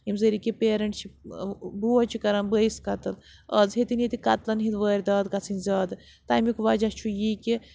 یِم ذٔریعہِ کہ پٮ۪رَنٹ چھِ بوے چھِ کَران بٲیِس قتٕل آز ہیٚتن ییٚتہِ قتلَن ہٕنٛدۍ وٲرۍدات گژھٕنۍ زیادٕ تَمیُک وجہ چھُ یی کہِ